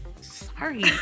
Sorry